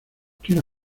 quiero